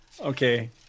Okay